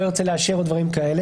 לא ירצה לאשר וכולי.